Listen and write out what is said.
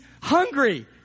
hungry